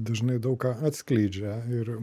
dažnai daug ką atskleidžia ir